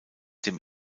dem